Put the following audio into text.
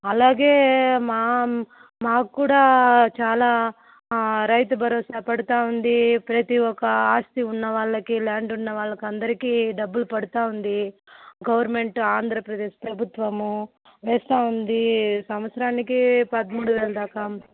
అలాగే మాం మాకు కూడా చాలా ఆ రైతు భరోసా పడతూ ఉంది ప్రతి ఒక్క ఆస్తి ఉన్నవాళ్ళకి ల్యాండ్ ఉన్న వాళ్ళకి అందరికి డబ్బులు పడతూ ఉంది గవర్నమెంట్ ఆంధ్ర ప్రదేశ్ ప్రభుత్వము వేస్తూ ఉంది సంవత్సరానికి పదమూడు వేల దాకా